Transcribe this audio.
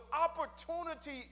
opportunity